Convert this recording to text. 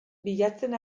bilatzen